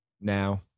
now